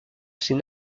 ces